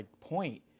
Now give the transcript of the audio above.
point